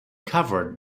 covered